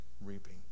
reaping